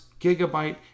Gigabyte